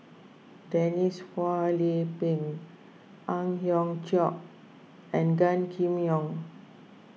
Denise Phua Lay Peng Ang Hiong Chiok and Gan Kim Yong